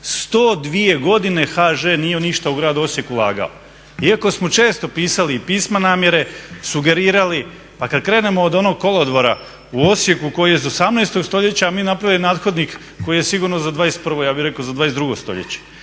102 godine HŽ nije u ništa u Gradu Osijeku ulagao iako smo često pisali i pisma namjere, sugerirali. Pa kad krenemo od onog kolodvora u Osijeku koji je iz 18. stoljeća, a mi napravili nadhodnik koji je sigurno za 21., ja bih rekao za 22. stoljeće.